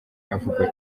avugwa